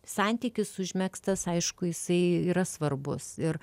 santykis užmegztas aišku jisai yra svarbus ir